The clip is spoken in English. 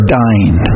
dying